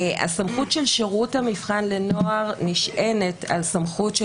הסמכות של שירות המבחן לנוער נשענת על סמכות של